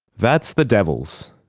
that's the devils.